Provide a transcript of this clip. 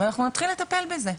ואנחנו נתחיל לטפל בזה.